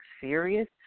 serious